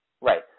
right